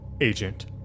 Agent